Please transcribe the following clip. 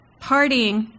partying